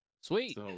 sweet